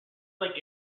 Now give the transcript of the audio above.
like